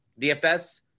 DFS